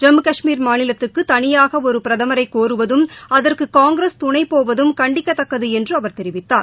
ஜம்மு கஷ்மீர் மாநிலத்துக்குதனியாகஒருபிரதமரைகோருவதும் அதற்குகாங்கிரஸ் துணைபோவதும் கண்டிக்கத்தக்கதுஎன்றுஅவர் தெரிவித்தார்